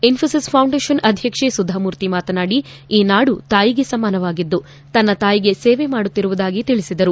Infosys foundation ಅಧ್ಯಕ್ಷ್ಮ ಸುಧಾ ಮೂರ್ತಿ ಮಾತನಾಡಿ ಈ ನಾಡು ತಾಯಿಗೆ ಸಮಾನವಾಗಿದ್ದು ತನ್ನ ತಾಯಿಗೆ ಸೇವೆ ಮಾಡುತ್ತಿರುವುದಾಗಿ ತಿಳಿಸಿದರು